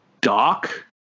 Doc